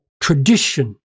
tradition